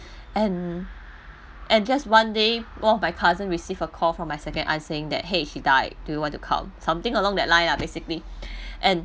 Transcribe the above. and and just one day one of my cousin receive a call from my second aunt saying that !hey! she died do you want to come something along that line lah basically and